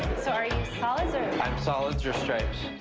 so are you solids or i'm solids. you're stripes.